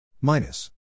minus